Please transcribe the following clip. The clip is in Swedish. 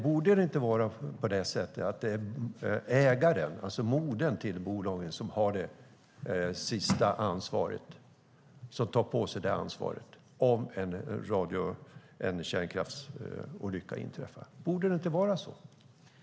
Borde det inte vara ägaren, det vill säga modern till bolaget, som har det yttersta ansvaret om en kärnkraftsolycka inträffar?